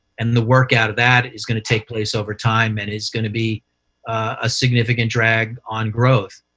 and the work out of that is going to take place over time and is going to be a significant drag on growth.